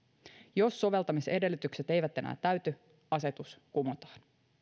jos soveltamisedellytykset eivät enää täyty asetus kumotaan